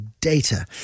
data